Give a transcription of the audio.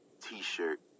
t-shirt